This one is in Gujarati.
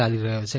યાલી રહ્યો છે